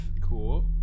cool